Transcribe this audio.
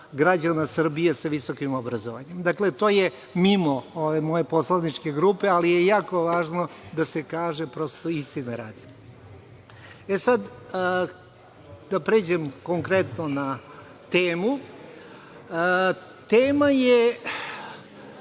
građana Srbije sa visokim obrazovanjem. To je mimo ove moje poslaničke grupe, ali je jako važno da se kaže istine radi. Da pređem konkretno na temu. Tema je